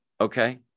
Okay